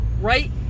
right